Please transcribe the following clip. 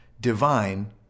divine